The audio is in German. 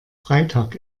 freitag